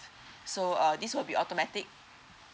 so uh this will be automatic